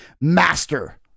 master